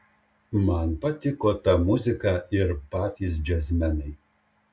man patiko ta muzika ir patys džiazmenai